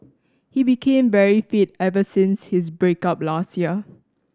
he became very fit ever since his break up last year